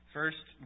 First